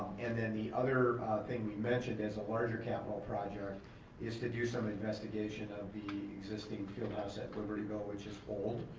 and then the other thing we mentioned as a larger capital project is to do some investigation of the existing field house at libertyville which is old,